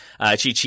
Chi-Chi